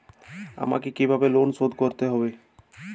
আমাকে কিভাবে লোন শোধ করতে হবে?